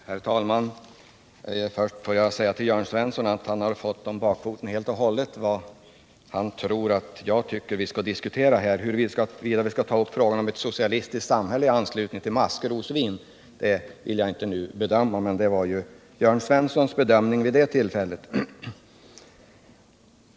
Herr talman! Först får jag säga till Jörn Svensson att han helt och hållet har fått om bakfoten vad han tror jag tycker vi skall diskutera här i kammaren. Huruvida vi skall ta upp frågan om ett socialistiskt samhälle i anslutning till maskrosvin vill jag inte nu bedöma, men det var ju Jörn Svenssons bedömning vid det tillfället.